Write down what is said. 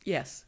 Yes